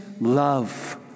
love